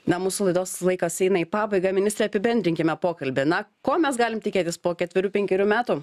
na mūsų laidos laikas eina į pabaigą ministre apibendrinkime pokalbį na ko mes galim tikėtis po ketverių penkerių metų